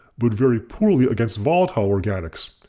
but very poorly against volatile organics.